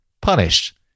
punished